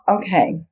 Okay